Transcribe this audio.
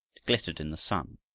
glittered in the sun,